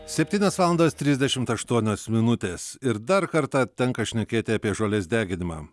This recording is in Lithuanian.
septynios valandos trisdešimt aštuonios minutės ir dar kartą tenka šnekėti apie žolės deginimą